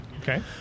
Okay